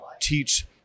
teach